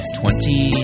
twenty